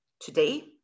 today